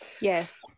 yes